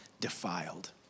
defiled